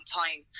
time